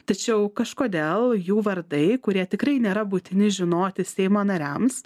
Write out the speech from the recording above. tačiau kažkodėl jų vardai kurie tikrai nėra būtini žinoti seimo nariams